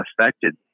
affected